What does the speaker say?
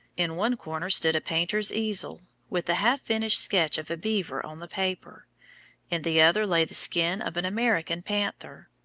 in one corner stood a painter's easel, with the half-finished sketch of a beaver on the paper in the other lay the skin of an american panther.